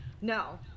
No